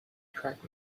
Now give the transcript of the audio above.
track